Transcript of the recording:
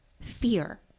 fear